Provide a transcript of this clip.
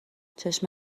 چشم